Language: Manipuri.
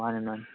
ꯃꯥꯟꯅꯤ ꯃꯥꯟꯅꯤ